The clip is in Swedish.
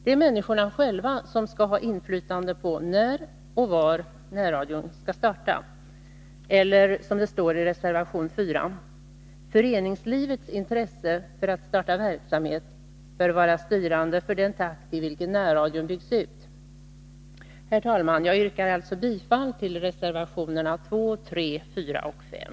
Det är människorna själva som skall ha inflytande på när och var närradion skall starta, eller som det står i reservation 4: ”föreningslivets intresse för att starta verksamhet bör vara styrande för den takt i vilken närradion byggs ut”. Herr talman! Jag yrkar bifall till reservationerna 2, 3, 4, och 5.